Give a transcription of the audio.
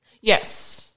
Yes